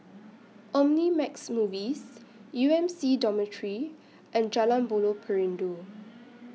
Omnimax Movies U M C Dormitory and Jalan Buloh Perindu